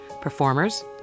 performers